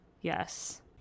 yes